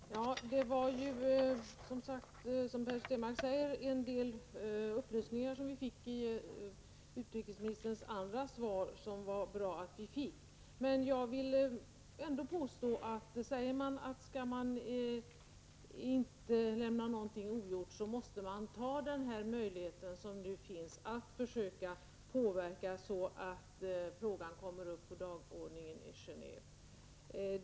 Herr talman! Det var ju, som Per Stenmarck säger, en del upplysningar som vi fick i utrikesministerns andra inlägg, och det var bra att vi fick dem. Men jag vill ändå påstå att säger man att man inte skall lämna någonting ogjort, så måste man ta till vara denna möjlighet som nu finns att försöka påverka, så att frågan kommer upp på dagordningen i Genåve.